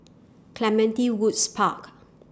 Clementi Woods Park